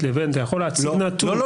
לבין אתה יכול להציג נתון --- לא,